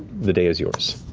the day is yours.